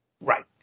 Right